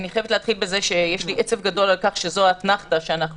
אני חייבת להתחיל בזה שיש לי עצב גדול על כך שזאת האתנחתא שאנחנו